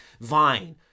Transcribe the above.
Vine